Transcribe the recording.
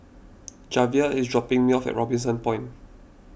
Javier is dropping me off at Robinson Point